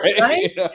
Right